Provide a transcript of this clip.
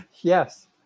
Yes